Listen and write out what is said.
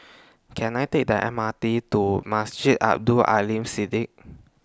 Can I Take The M R T to Masjid Abdul Aleem Siddique